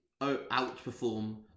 outperform